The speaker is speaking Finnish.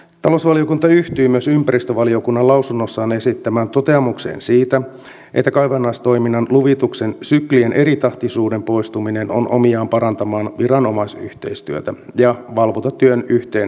talousvaliokunta yhtyy myös ympäristövaliokunnan lausunnossaan esittämään toteamukseen siitä että kaivannaistoiminnan luvituksen syklien eritahtisuuden poistuminen on omiaan parantamaan viranomaisyhteistyötä ja valvontatyön yhteensovittamista